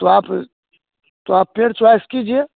तो आप तो आप पेड़ चॉयस कीजिए